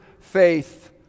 faith